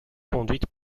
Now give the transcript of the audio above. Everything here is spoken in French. conduite